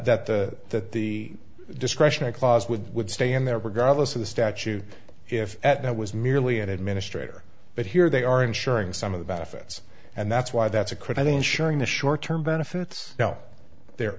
that the that the discretionary clause would would stay in that regard us of the statute if at was merely an administrator but here they are insuring some of the benefits and that's why that's a crime ensuring the short term benefits now their